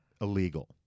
illegal